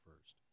first